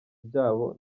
byabo